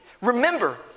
Remember